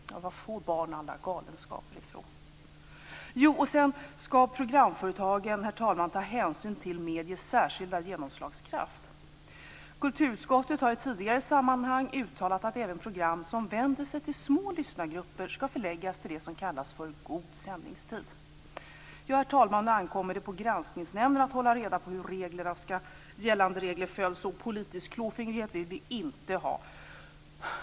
Var får barn alla galenskaper ifrån? Herr talman! Programföretagen skall ta hänsyn till mediets särskilda genomslagskraft. Kulturutskottet har i tidigare sammanhang uttalat att även program som vänder sig till små lyssnargrupper skall förläggas till det som kallas för god sändningstid. Herr talman! Nu ankommer det på Granskningsnämnden att hålla reda på hur gällande regler följs. Politisk klåfingrighet vill vi inte ha!